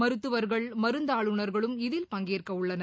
மருத்துவர்கள் மருந்தாளுநர்களும் இதில் பங்கேற்க உள்ளனர்